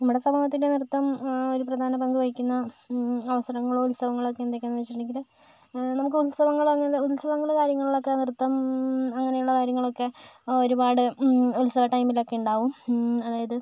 നമ്മുടെ സമൂഹത്തിൻ്റെ നൃത്തം ഒരു പ്രധാന പങ്ക് വഹിക്കുന്ന അവസരങ്ങൾ ഉത്സവങ്ങൾ എന്തൊക്കെ എന്ന് വെച്ചിട്ടുണ്ടെങ്കിൽ നമുക്ക് ഉത്സവങ്ങൾ ഉത്സവങ്ങൾ കാര്യങ്ങളിലൊക്കെ നൃത്തം അങ്ങനെയുള്ള കാര്യങ്ങളൊക്കെ ഒരുപാട് ഉത്സവ ടൈമിലൊക്കെ ഉണ്ടാകും അതായത്